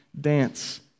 dance